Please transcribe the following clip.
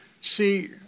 see